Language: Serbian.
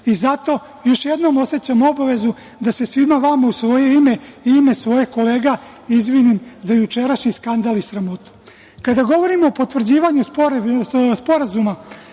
još jednom osećam obavezu da se svima vama u svoje ime i ime svojih kolega izvinim za jučerašnji skandal i sramotu. Kada govorimo o potvrđivanju Sporazuma